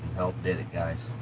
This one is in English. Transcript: help did it guys.